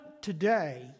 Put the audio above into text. today